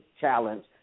challenge